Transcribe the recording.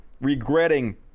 regretting